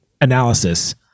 analysis